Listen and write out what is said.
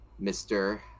Mr